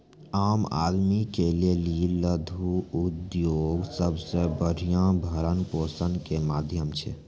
आम आदमी के लेली लघु उद्योग सबसे बढ़िया भरण पोषण के माध्यम छै